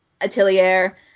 Atelier